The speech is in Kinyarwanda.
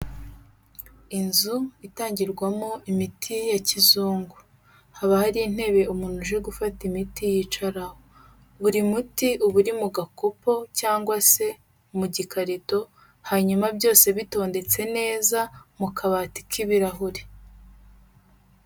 Inzu itangirwamo imiti ya kizungu haba hari intebe umuntu uje gufata imiti yicararaho buri muti uba uri mu gakopo cyangwa se mu gikarito hanyuma byose bitondetse neza mu kabati k'ibirahuri.